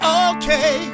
okay